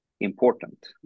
important